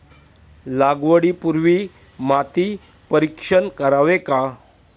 लागवडी पूर्वी माती परीक्षण करावे का?